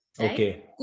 Okay